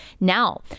Now